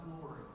glory